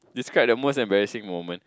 describe the most embarrassing moment